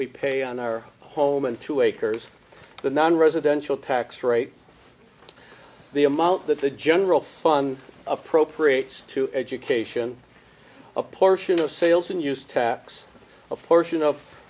we pay on our home and two acres the nonresidential tax rate the amount that the general fund appropriates to education a portion of sales and use tax a portion of